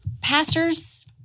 pastors